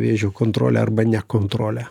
vėžio kontrole arba ne kontrole